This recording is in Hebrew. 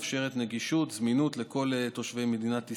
המאפשרת נגישות וזמינות לכל תושבי מדינת ישראל,